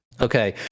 Okay